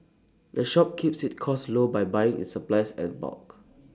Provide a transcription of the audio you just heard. the shop keeps its costs low by buying its supplies as bulk